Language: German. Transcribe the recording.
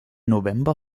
november